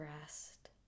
rest